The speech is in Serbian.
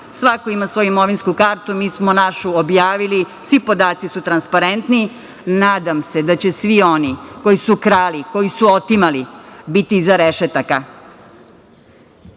svako ima svoju imovinsku kartu, mi smo našu objavili, svi podaci su transparentni. Nadam se da će svi oni koji su krali, koji su otimali, biti iza rešetaka. Kad